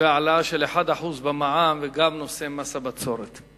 וההעלאה של 1% במע"מ וגם בנושא מס הבצורת.